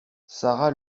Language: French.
sara